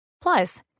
Plus